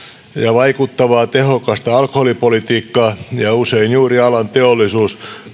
vaikuttavaa tehokasta alkoholipolitiikkaa ja usein juuri alan teollisuus